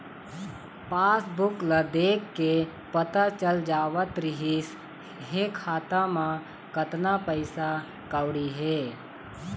passbook ल देखके पता चल जावत रिहिस हे खाता म कतना पइसा कउड़ी हे